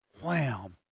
wham